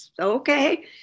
okay